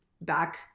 back